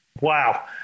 Wow